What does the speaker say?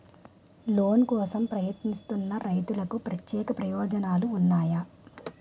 Loan కోసం ప్రయత్నిస్తున్న రైతులకు ప్రత్యేక ప్రయోజనాలు ఉన్నాయా?